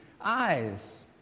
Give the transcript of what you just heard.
eyes